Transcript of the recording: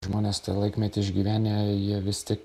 žmonės tą laikmetį išgyvenę jie vis tik